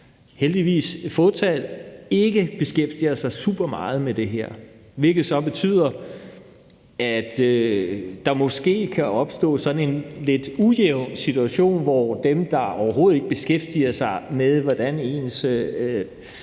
heldigvis et fåtal – ikke beskæftiger sig super meget med det her. Det betyder så, at der måske kan opstå sådan en lidt ujævn situation, hvor dem, der overhovedet ikke beskæftiger sig med, hvordan deres